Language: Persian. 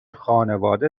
خانواده